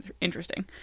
interesting